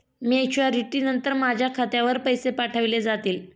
Maturity नंतर माझ्या खात्यावर पैसे पाठविले जातील?